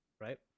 right